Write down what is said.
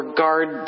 guard